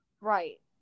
right